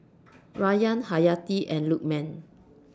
Rayyan Hayati and Lukman